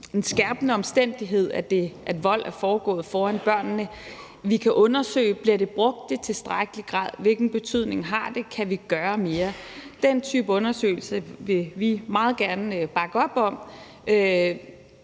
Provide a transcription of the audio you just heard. en skærpende omstændighed, at vold er foregået foran børnene, bliver brugt i tilstrækkelig grad, hvilken betydning det har, og om vi kan gøre mere. Den type undersøgelse vil vi meget gerne bakke op om,